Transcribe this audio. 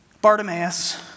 Bartimaeus